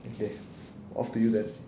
okay off to you then